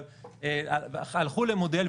אבל הלכו למודל,